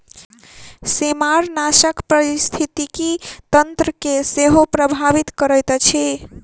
सेमारनाशक पारिस्थितिकी तंत्र के सेहो प्रभावित करैत अछि